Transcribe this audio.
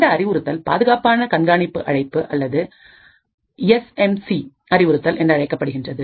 இந்த அறிவுறுத்தல் பாதுகாப்பான கண்காணிப்பு அழைப்பு அல்லது எஸ் எம் சி அறிவுறுத்தல் என்றழைக்கப்படுகின்றது